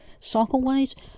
cycleways